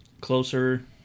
closer